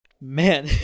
Man